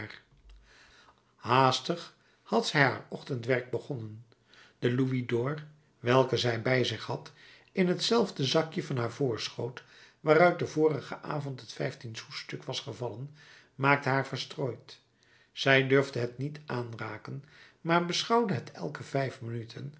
haastig had zij haar ochtendwerk begonnen de louisd'or welken zij bij zich had in t zelfde zakje van haar voorschoot waaruit den vorigen avond het vijftien sousstuk was gevallen maakte haar verstrooid zij durfde het niet aanraken maar beschouwde het elke vijf minuten